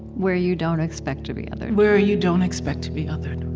where you don't expect to be othered where you don't expect to be othered